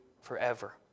forever